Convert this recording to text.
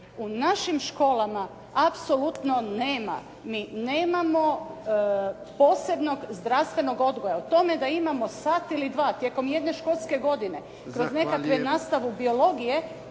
u našim školama apsolutno nema. Mi nemamo posebnog zdravstvenog odgoja. O tome da imamo sat ili dva tijekom jedne školske godine kroz nekakve nastavu biologije